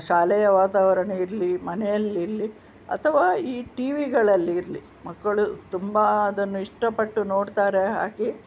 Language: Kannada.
ಶಾಲೆಯ ವಾತಾವರಣ ಇರಲಿ ಮನೆಯಲ್ಲಿರಲಿ ಅಥವಾ ಈ ಟಿ ವಿಗಳಲ್ಲಿ ಇರಲಿ ಮಕ್ಕಳು ತುಂಬ ಅದನ್ನು ಇಷ್ಟಪಟ್ಟು ನೋಡ್ತಾರೆ ಹಾಗೇ